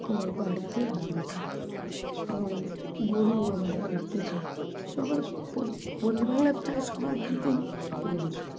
আমার বাড়িতে গরু ছিলো এবং গরু আমাদের বাড়িতে সবার পল্লি বাংলা প্রায় সবার বাড়িতেই গরু থাকে